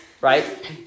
right